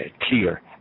clear